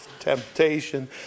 temptation